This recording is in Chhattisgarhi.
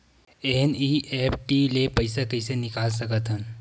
एन.ई.एफ.टी ले पईसा कइसे निकाल सकत हन?